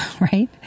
right